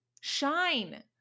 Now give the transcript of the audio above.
shine